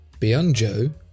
Bianjo